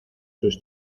sus